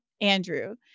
Andrew